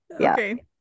Okay